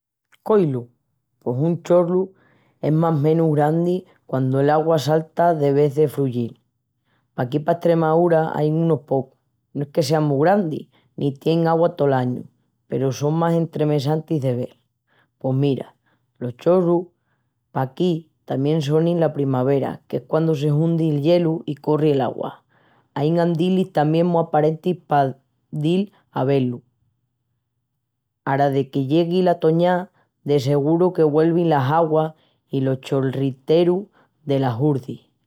Coilu! Pos un cholru es más menus grandi quandu l'augua salta de vés de fruyil. Paquí pa Estremaúra ain unus pocus, no es que sean mu grandis ni tienin augua tol añu peru son mu enteressantis de vel. Pos mira, los cholrus paquí tamién sonin la primavera, qu'es quandu se hundi el gielu i corri l'augua. Ain andilis tamién mu aparentis pa dil a vé-lus. Ara deque llegui la toñá de seguru que güelvin las auguas i los cholriterus delas Hurzis.